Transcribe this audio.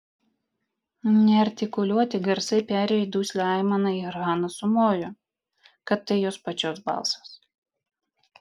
neartikuliuoti garsai perėjo į duslią aimaną ir hana sumojo kad tai jos pačios balsas